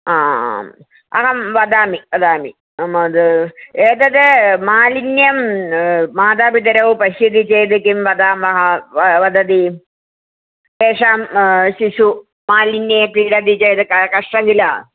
आम् अहं वदामि वदामि म एतत् मालिन्यं मातापितरौ पश्यति चेत् किं वदामः वदति तेषां शिशुः मालिन्ये पीडयति चेत् कष्टं किल